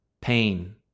pain